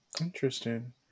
Interesting